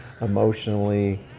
emotionally